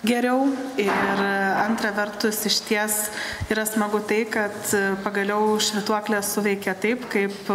geriau ir antra vertus išties yra smagu tai kad pagaliau švytuoklė suveikė taip kaip